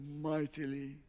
mightily